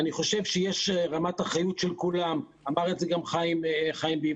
אני חושב שרמת האחריות של כולם - אמר את זה גם חיים ביבס,